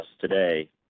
today